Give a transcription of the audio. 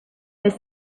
miss